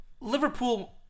Liverpool